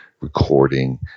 recording